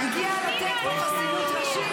הינה, הגיע המורשע, הגיע לתת פה חסינות ראשית.